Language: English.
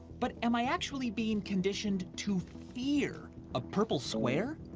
but am i actually being conditioned to fear a purple square?